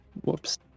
Whoops